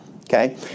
Okay